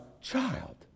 child